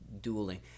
dueling